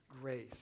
grace